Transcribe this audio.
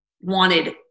wanted